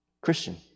Christian